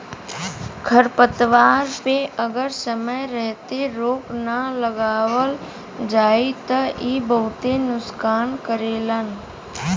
खरपतवार पे अगर समय रहते रोक ना लगावल जाई त इ बहुते नुकसान करेलन